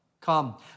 Come